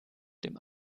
dem